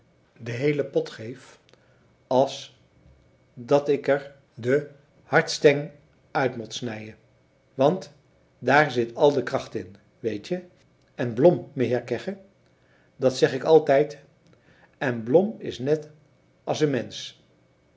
de heele pot geef as dat ik er de hartsteng uit mot snijen want daar zit al de kracht in weetje en blom meheer kegge dat zeg ik altijd en blom is net as en mensch